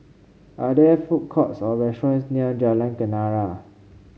are there food courts or restaurants near Jalan Kenarah